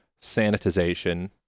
sanitization